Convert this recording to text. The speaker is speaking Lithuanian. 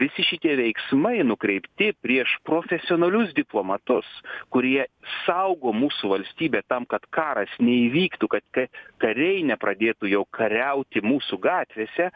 visi šitie veiksmai nukreipti prieš profesionalius diplomatus kurie saugo mūsų valstybę tam kad karas neįvyktų kad ka kariai nepradėtų jau kariauti mūsų gatvėse